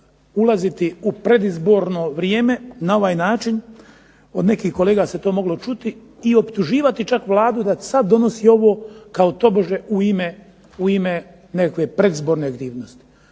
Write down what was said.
ulaziti u predizborno vrijeme na ovaj način. Od nekih kolega se to moglo čuti i optuživati čak Vladu da sad donosi ovo kao tobože u ime nekakve predizborne aktivnosti.